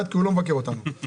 13:11.